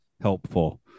helpful